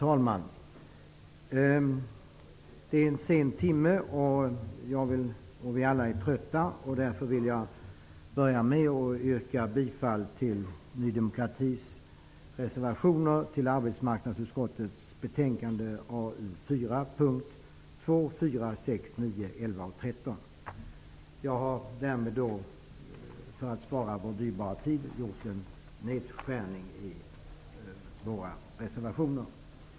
Herr talman! Timmen är sen, och alla är vi trötta. Därför börjar jag med att yrka bifall till Ny demokratis reservationer i arbetsmarknadsutskottets betänkande nr 4 beträffande punkterna 2, 4, 6, 9, 11 och 13. För att spara dyrbar tid åt kammaren har jag gjort en nedskärning vad gäller våra reservationer.